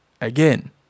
Again